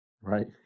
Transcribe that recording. Right